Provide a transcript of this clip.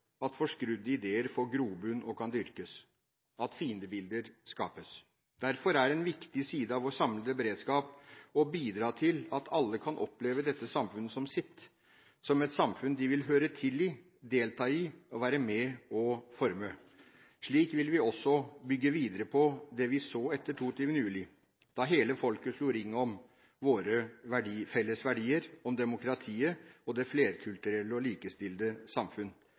at forskrudde ideer får grobunn og kan dyrkes, at fiendebilder skapes. Derfor er en viktig side av vår samlede beredskap å bidra til at alle kan oppleve dette samfunnet som sitt, som et samfunn de vil høre til i, delta i og være med og forme. Slik vil vi også bygge videre på det vi så etter 22. juli, da hele folket slo ring om våre felles verdier, om demokratiet og om det flerkulturelle og likestilte samfunn.